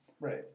Right